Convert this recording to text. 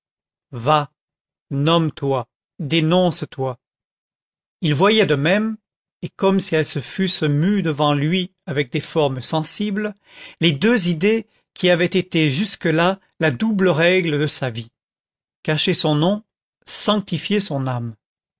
va nomme toi dénonce toi il voyait de même et comme si elles se fussent mues devant lui avec des formes sensibles les deux idées qui avaient été jusque-là la double règle de sa vie cacher son nom sanctifier son âme